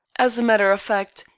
as a matter of fact,